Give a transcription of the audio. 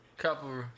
Couple